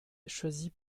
choisie